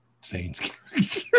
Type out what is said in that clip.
saints